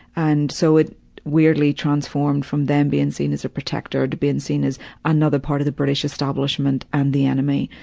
and so it weirdly transformed from them being seen as a protector to the being seen as another part of the british establishment and the enemy.